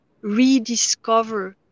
rediscover